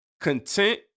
content